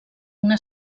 una